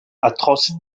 atroce